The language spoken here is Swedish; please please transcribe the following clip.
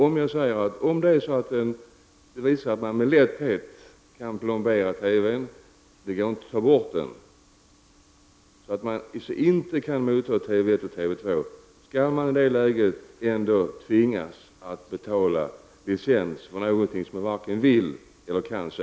Om det visar sig att man med lätthet kan plombera TV-n och att det inte går att ta bort plomberingen, dvs. att man inte kan ta emot Kanal 1 och TV 2, skall man i det läget ändå tvingas att betala licens för någonting som man varken vill eller kan se?